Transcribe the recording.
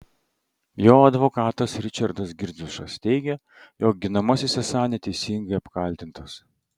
jo advokatas ričardas girdziušas teigė jo ginamasis esą neteisingai apkaltintas